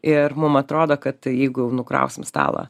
ir mum atrodo kad jeigu nukrausim stalą